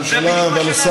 זה בדיוק מה שנעשה פה.